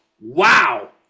Wow